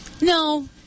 No